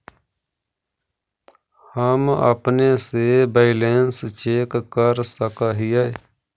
हम अपने से बैलेंस चेक कर सक हिए?